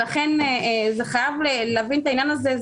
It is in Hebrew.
לכן זה חייב להבין את העניין הזה,